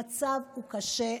המצב הוא קשה.